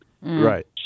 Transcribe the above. right